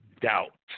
doubt